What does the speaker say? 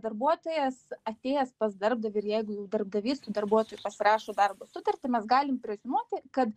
darbuotojas atėjęs pas darbdavį ir jeigu jau darbdavys su darbuotoju pasirašo darbo sutartį mes galim preziumuoti kad